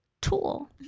tool